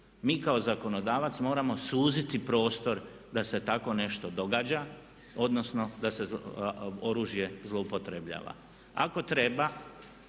Mi kao zakonodavac moramo suziti prostor da se tako nešto događa odnosno da se oružje zloupotrebljava. Ako treba